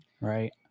right